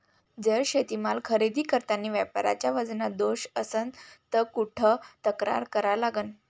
जर शेतीमाल खरेदी करतांनी व्यापाऱ्याच्या वजनात दोष असन त कुठ तक्रार करा लागन?